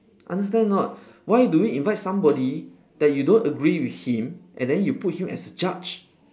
understand or not why do you invite somebody that you don't agree with him and then you put him as a judge